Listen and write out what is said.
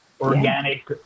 organic